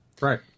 Right